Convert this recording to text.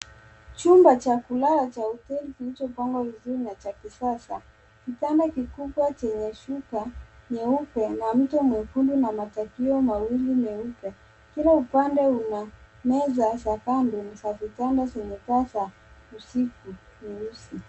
Chumba cha kulala cha hoteli kilichopangwa vizuri na cha kisasa. Kitanda kikubwa chenye shuka nyeupe na mto mwekundu na matakio mawili meupe. Kila upande una meza za kando ni za vitanda zenye taa za usiku nyeusi.